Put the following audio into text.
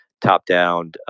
top-down